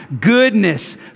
goodness